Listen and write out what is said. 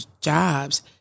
jobs